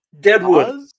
Deadwood